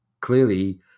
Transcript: clearly